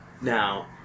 now